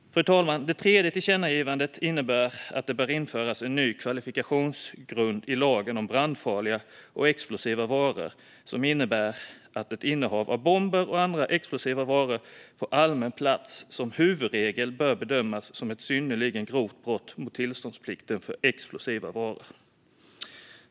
Fru talman! Det tredje tillkännagivandet innebär att det bör införas en ny kvalifikationsgrund i lagen om brandfarliga och explosiva varor som innebär att ett innehav av bomber och andra explosiva varor på allmän plats som huvudregel bör bedömas som ett synnerligen grovt brott mot tillståndsplikten för explosiva varor.